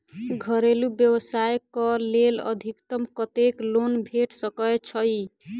घरेलू व्यवसाय कऽ लेल अधिकतम कत्तेक लोन भेट सकय छई?